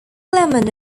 lemonade